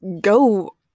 go